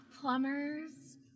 Plumbers